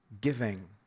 giving